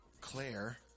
Claire